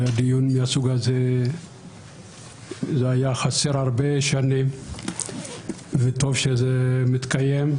דיון מהסוג הזה היה חסר הרבה שנים וטוב שהוא מתקיים.